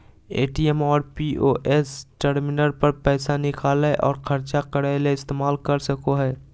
ATM और POS terminal पर पैसा निकालय और ख़र्चा करय ले इस्तेमाल कर सकय हइ